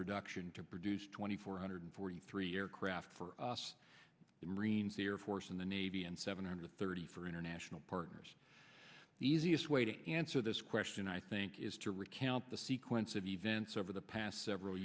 production to produce twenty four hundred forty three aircraft for us the marines the air force and the navy and seven hundred thirty for international partners the easiest way to answer this question i think is to recount the sequence of events over the past several